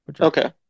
Okay